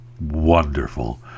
wonderful